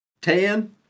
Tan